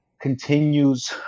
continues